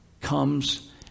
comes